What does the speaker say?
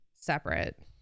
separate